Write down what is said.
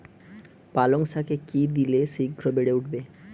পালং শাকে কি দিলে শিঘ্র বেড়ে উঠবে?